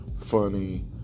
funny